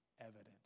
evident